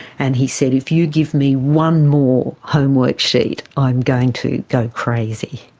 and he said, if you give me one more homework sheet, i'm going to go crazy.